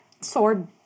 Sword